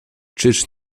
czyż